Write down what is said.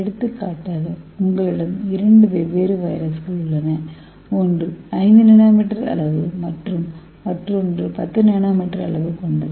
எடுத்துக்காட்டாக உங்களிடம் இரண்டு வெவ்வேறு வைரஸ்கள் உள்ளன ஒன்று ஐந்து என்எம் அளவு மற்றும் மற்றொன்று 10 என்எம் அளவு கொண்டது